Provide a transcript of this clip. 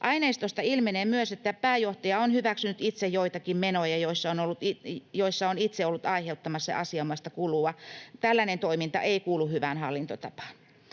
Aineistosta ilmenee myös, että pääjohtaja on hyväksynyt itse joitakin menoja, joissa on itse ollut aiheuttamassa asianomaista kulua. Tällainen toiminta ei kuulu hyvään hallintotapaan.